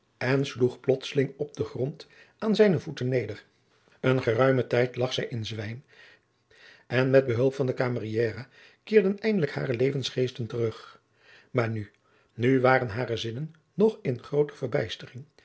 sloeg plotseling op den grond aan zijne voeten neder een geruimen tijd lag zij in zwijm en met behulp van de camieriera keerden eindelijk hare levensgeesten terug maar nu nu waren hare zinnen nog in grooter verbijstering